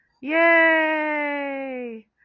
Yay